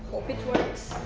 hope it works.